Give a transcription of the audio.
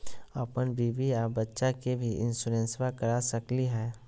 अपन बीबी आ बच्चा के भी इंसोरेंसबा करा सकली हय?